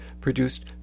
produced